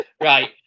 right